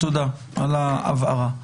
תודה על ההבהרה.